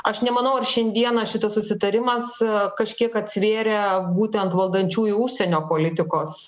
aš nemanau ar šiandieną šitas susitarimas kažkiek atsvėrė būtent valdančiųjų užsienio politikos